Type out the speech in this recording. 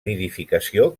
nidificació